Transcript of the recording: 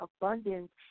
abundance